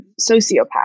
sociopath